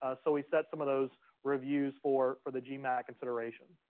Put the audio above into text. ah so we set some of those reviews for for the gmat consideration.